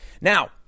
Now